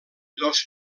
dos